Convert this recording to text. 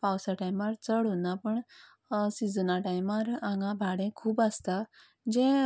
पावसा टायमार चड उरना पूण सिजना टायमार हांगां भाडें खूब आसता जें